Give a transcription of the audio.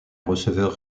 receveur